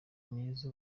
myiza